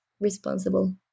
responsible